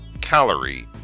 Calorie